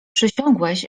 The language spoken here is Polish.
przysiągłeś